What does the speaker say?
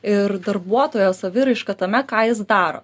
ir darbuotojo saviraiška tame ką jis daro